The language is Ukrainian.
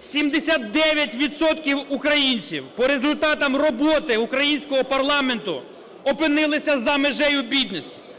79 відсотків українців по результатам роботи українського парламенту опинилися за межею бідності.